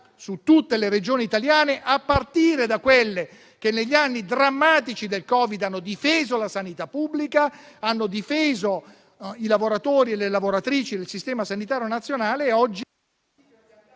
su tutte le Regioni italiane, a partire da quelle che negli anni drammatici del Covid hanno difeso la sanità pubblica, hanno difeso i lavoratori e le lavoratrici del Servizio sanitario nazionale.